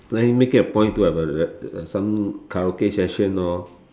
planning make it a point to have a a some karaoke session lor